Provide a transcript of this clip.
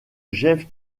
jeff